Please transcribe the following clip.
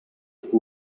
who